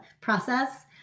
process